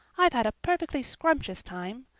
i've had a perfectly scrumptious time.